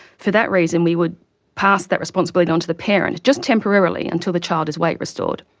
for that reason we would pass that responsibility onto the parents, just temporarily until the child is weight-restored.